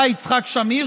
היה יצחק שמיר,